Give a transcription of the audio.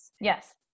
Yes